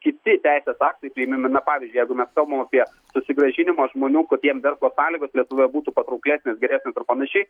kiti teisės aktai tai imame pavyzdį jeigu mes kalbam apie susigrąžinimą žmonių kuriems verslo sąlygos lietuvoje būtų patrauklesnės geresnės ar panašiai